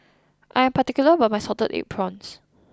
I am particular about my salted egg prawns